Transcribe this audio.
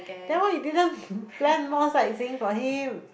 then why you didn't plan more sightseeing for him